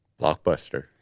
Blockbuster